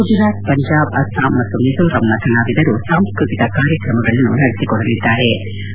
ಗುಜರಾತ್ ಪಂಜಾಬ್ ಅಸ್ಲಾಂ ಮತ್ತು ಮಿಜೋರಾಂನ ಕಲಾವಿದರು ಸಾಂಸ್ನತಿಕ ಕಾರ್ಯಕ್ರಮ ನಡೆಸಿಕೊಡಲಿದ್ಲಾರೆ